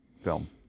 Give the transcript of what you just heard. film